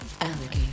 alligator